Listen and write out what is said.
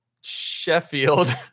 sheffield